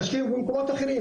תשקיעו במקומות אחרים,